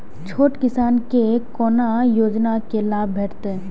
छोट किसान के कोना योजना के लाभ भेटते?